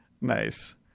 Nice